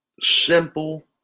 simple